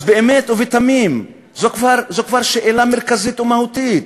אז באמת ובתמים זו כבר שאלה מרכזית ומהותית.